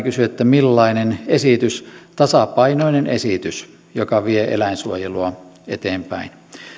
kysyi että millainen esitys tasapainoinen esitys joka vie eläinsuojelua eteenpäin